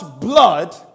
blood